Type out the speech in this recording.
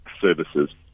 services